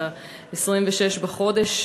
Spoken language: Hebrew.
ב-26 בחודש.